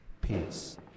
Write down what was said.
peace